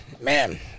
Man